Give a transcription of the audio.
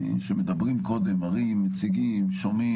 שמדברים קודם, מראים, מציגים, שומעים.